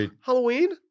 Halloween